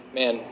man